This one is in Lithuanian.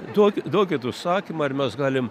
duokit duokit užsakymą ir mes galim